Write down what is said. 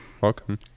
Welcome